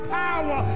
power